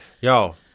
Yo